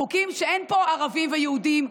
חוקים שאין פה ערבים ויהודים,